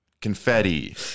confetti